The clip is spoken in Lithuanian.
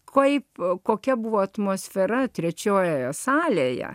kaip kokia buvo atmosfera trečiojoje salėje